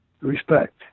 respect